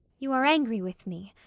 you are angry with me,